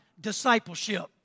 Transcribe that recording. discipleship